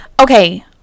Okay